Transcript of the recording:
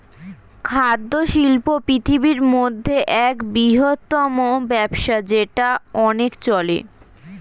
খাদ্য শিল্প পৃথিবীর মধ্যে এক বৃহত্তম ব্যবসা যেটা অনেক চলে